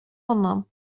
honom